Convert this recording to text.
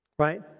right